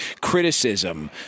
criticism